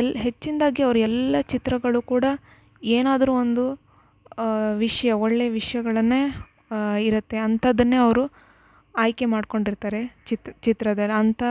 ಎಲ್ಲ ಹೆಚ್ಚಿನದಾಗಿ ಅವ್ರ ಎಲ್ಲ ಚಿತ್ರಗಳು ಕೂಡ ಏನಾದ್ರೂ ಒಂದು ವಿಷಯ ಒಳ್ಳೆಯ ವಿಷಯಗಳನ್ನೇ ಇರುತ್ತೆ ಅಂಥದ್ದನ್ನೇ ಅವರು ಆಯ್ಕೆ ಮಾಡಿಕೊಂಡಿರ್ತಾರೆ ಚಿತ್ರ ಚಿತ್ರದಲ್ಲಿ ಅಂಥ